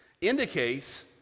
indicates